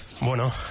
Bueno